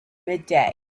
midday